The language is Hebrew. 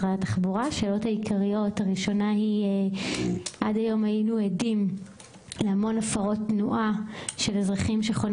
עד היום היינו עדים להמון הפרות תנועה של אזרחים שחונים